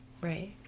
Right